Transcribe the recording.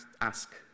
ask